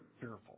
fearful